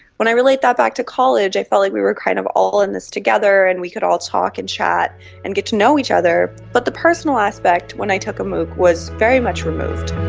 when i really thought back to college i felt like we were kind of all in this together and we could all talk and chat and get to know each other, but the personal aspect when i took a mooc was very much removed.